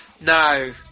No